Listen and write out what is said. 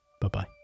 Bye-bye